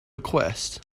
request